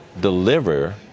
deliver